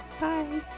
Bye